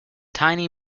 tiny